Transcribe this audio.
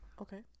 Okay